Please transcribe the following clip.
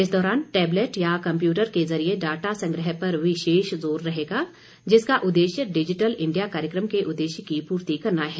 इस दौरान टैबलेट या कम्प्यूटर के जरिए डाटा संग्रह पर विशेष जोर रहेगा जिसका उद्देश्य डिजिटल इंडिया कार्यक्रम के उद्देश्य की पूर्ति करना है